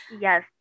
yes